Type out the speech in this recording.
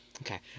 okay